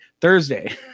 Thursday